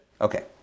Okay